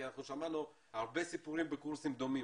כי אנחנו שמענו הרבה סיפורים בקורסים דומים.